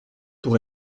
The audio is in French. pour